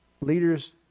leaders